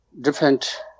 different